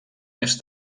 més